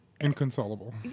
inconsolable